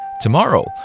Tomorrow